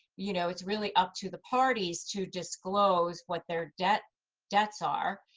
you know it's really up to the parties to disclose what their debts debts are.